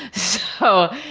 so,